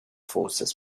forces